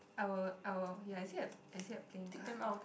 I will I will ya is it a is it a playing card